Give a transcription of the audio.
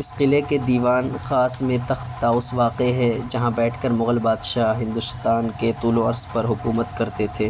اس قلعے کے دیوان خاص میں تخت طاؤس واقع ہے جہاں بیٹھ کر مغل بادشاہ ہندوستان کے طول و عرض پر حکومت کرتے تھے